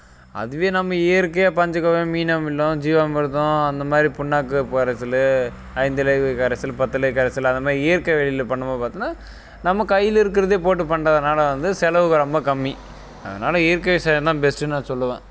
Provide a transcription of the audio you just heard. அதுவே நம்ம இயற்கையாக பஞ்சகாவியம் மீன் அமிலம் ஜீவாமிர்தம் அந்த மாதிரி புண்ணாக்கு கரைசல் ஐந்திலை கரைசல் பத்திலை கரைசல் அந்த மாதிரி இயற்கை வழியில் பண்ணும் போது பார்த்தன்னா நம்ம கையில இருக்குறதே போட்டு பண்ணுறதுனால வந்து செலவு ரொம்ப கம்மி அதனால் இயற்கை விவசாயம் தான் பெஸ்ட்டுனு நான் சொல்லுவன்